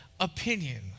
opinion